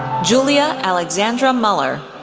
julia alexandra muller,